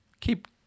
Keep